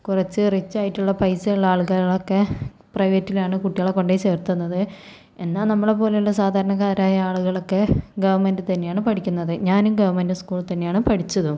കുറച്ച് റിച്ച് ആയിട്ടുള്ള പൈസ ഉള്ള ആൾക്കാർക്കാരുകളൊക്കെ പ്രൈവറ്റിലാണ് കുട്ടികളെക്കൊണ്ട് പോയി ചേർത്തുന്നത് എന്നാൽ നമ്മളെപ്പോലുള്ള സാധാരണക്കാരായ ആളുകളൊക്കെ ഗവൺമെന്റിൽ തന്നെയാണ് പഠിക്കുന്നത് ഞാനും ഗവൺമെന്റ് സ്കൂൾ തന്നെയാണ് പഠിച്ചതും